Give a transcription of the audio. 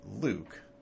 Luke